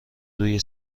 روی